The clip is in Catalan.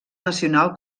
nacional